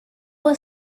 was